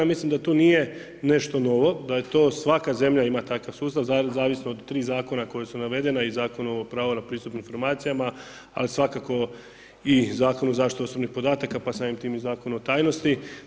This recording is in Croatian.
Ja mislim da to nije nešto novo, da to svaka zemlja ima takav sustav zavisno od tri zakona koja su navedena i Zakon o pravu na pristup informacijama, ali svakako i Zakon o zaštiti osobnih podataka pa samim tim i Zakon o tajnosti.